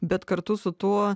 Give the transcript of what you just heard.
bet kartu su tuo